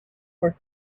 for